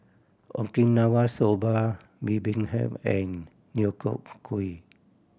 Okinawa Soba Bibimbap and Deodeok Gui